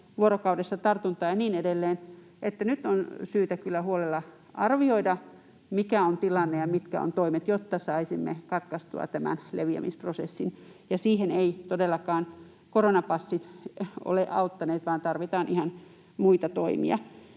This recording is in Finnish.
vuorokaudessa ja niin edelleen — että nyt on syytä kyllä huolella arvioida, mikä on tilanne ja mitkä ovat toimet, jotta saisimme katkaistua tämän leviämisprosessin. Ja siihen eivät todellakaan koronapassit ole auttaneet, vaan tarvitaan ihan muita toimia.